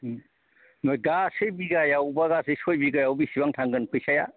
नै गासै बिगायावबा गासै सय बिगायाव बेसेबां थांगोन फैसाया